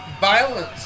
violence